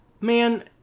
man